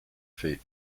feet